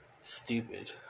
stupid